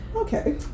Okay